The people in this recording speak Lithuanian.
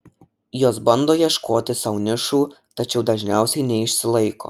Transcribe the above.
jos bando ieškoti sau nišų tačiau dažniausiai neišsilaiko